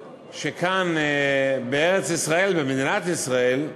שכאן, בארץ-ישראל, במדינת ישראל,